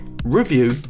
review